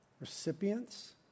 Recipients